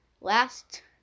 last